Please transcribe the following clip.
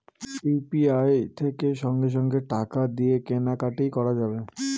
UPI থেকে সঙ্গে সঙ্গে টাকা দিয়ে কেনা কাটি করা যাবে